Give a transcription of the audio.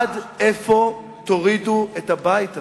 עד איפה תורידו את הבית הזה?